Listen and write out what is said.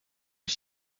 was